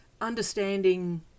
understanding